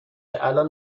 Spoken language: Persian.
الان